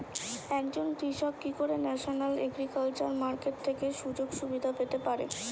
একজন কৃষক কি করে ন্যাশনাল এগ্রিকালচার মার্কেট থেকে সুযোগ সুবিধা পেতে পারে?